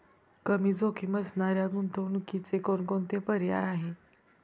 कमी जोखीम असणाऱ्या गुंतवणुकीचे कोणकोणते पर्याय आहे?